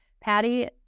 Patty